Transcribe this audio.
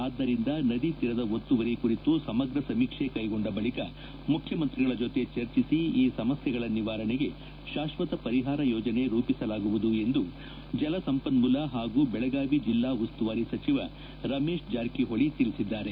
ಆದ್ದರಿಂದ ನದಿತೀರದ ಒತ್ತುವರಿ ಕುರಿತು ಸಮಗ್ರ ಸಮೀಕ್ಷೆ ಕೈಗೊಂಡ ಬಳಿಕ ಮುಖ್ಯಮಂತ್ರಿಗಳ ಜತೆ ಚರ್ಚಿಸಿ ಈ ಸಮಸ್ಯೆಗಳ ನಿವಾರಣೆಗೆ ಶಾಶ್ವತ ಪರಿಹಾರ ಯೋಜನೆ ರೂಪಿಸಲಾಗುವುದು ಎಂದು ಜಲಸಂಪನ್ಮೂಲ ಹಾಗೂ ಬೆಳಗಾವಿ ಜಿಲ್ಲಾ ಉಸ್ತುವಾರಿ ಸಚಿವ ರಮೇಶ್ ಜಾರಕಿಹೊಳಿ ತಿಳಿಸಿದ್ದಾರೆ